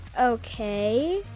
Okay